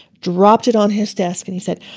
dropped it on his desk. and he said,